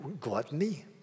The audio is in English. Gluttony